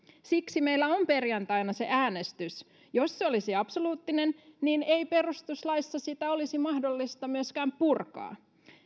siksi meillä on perjantaina se äänestys jos se olisi absoluuttinen ei perustuslaissa sitä olisi mahdollista myöskään purkaa